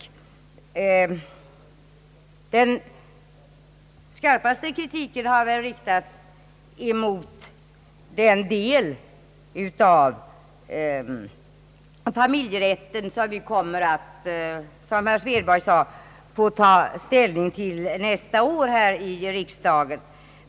Den skarpaste kritiken har väl riktats mot den del av familjerätten som riksdagen — som herr Svedberg påpekade — kommer att få ta ställning till nästa år.